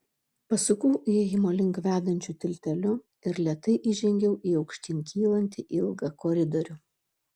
pasukau įėjimo link vedančiu tilteliu ir lėtai įžengiau į aukštyn kylantį ilgą koridorių